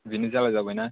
बेनो जाल्ला जाबाय